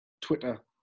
Twitter